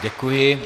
Děkuji.